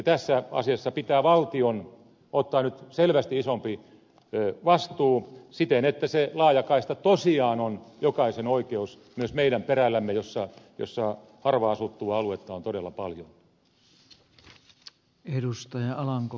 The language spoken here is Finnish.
tässä asiassa pitää valtion ottaa nyt selvästi isompi vastuu siten että se laajakaista tosiaan on jokaisen oikeus myös meidän perällämme jossa harvaanasuttua aluetta on todella paljon